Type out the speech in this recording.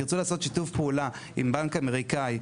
תרצו לעשות שיתוף פעולה עם בנק אמריקאי,